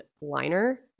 liner